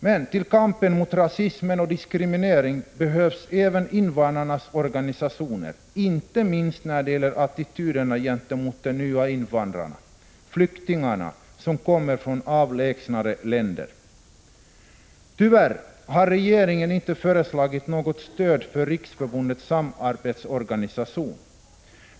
För kamp mot rasism och diskriminering behövs även invandrarnas organisationer, inte minst när det gäller att förändra attityderna gentemot de nya invandrarna — flyktingar som kommer från avlägsnare länder. Tyvärr har regeringen inte föreslagit något stöd för riksförbundens samarbetsorganisation.